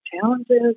challenges